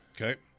Okay